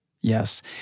Yes